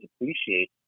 appreciate